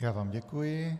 Já vám děkuji.